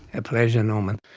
a pleasure norman.